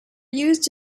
used